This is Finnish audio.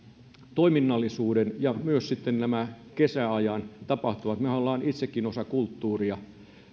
toiminnallisuuden ja myös nämä kesäajan tapahtumat mehän olemme itsekin osana kulttuuria